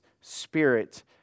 spirit